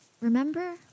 Remember